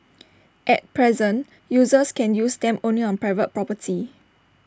at present users can use them only on private property